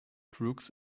crooks